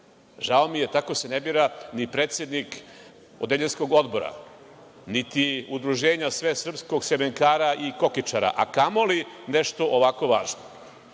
Žao mi je, tako se ne bira ni predsednik odeljenskog odbora, niti udruženja svesrpskog semenkara i kokičara, a kamoli nešto ovako važno. Bajka